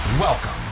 Welcome